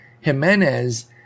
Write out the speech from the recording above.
Jimenez